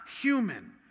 human